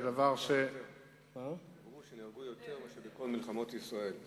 אמרו שנהרגו יותר מאשר בכל מלחמות ישראל.